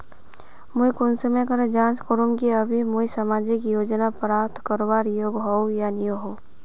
मुई कुंसम करे जाँच करूम की अभी मुई सामाजिक योजना प्राप्त करवार योग्य होई या नी होई?